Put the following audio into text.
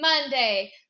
monday